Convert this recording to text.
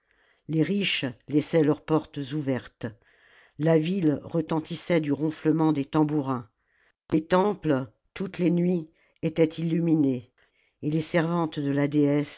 les riches laissaient leurs portes ouvertes la ville retentissait du ronflement des tambourins les temples toutes les nuits étaient illuminés et les servantes de la